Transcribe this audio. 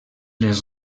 les